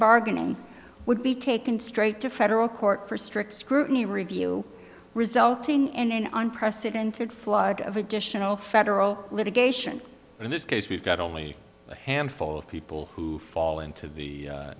bargaining would be taken straight to federal court for strict scrutiny review resulting in an unprecedented flood of additional federal litigation in this case we've got only a handful of people who fall into the